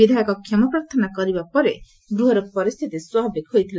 ବିଧାୟକ କ୍ଷମାପ୍ରାର୍ଥନା କରିବା ପରେ ଗୃହର ପରିସ୍ଥିତି ସ୍ୱାଭାବିକ ହୋଇଥିଲା